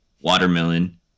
watermelon